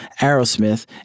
Aerosmith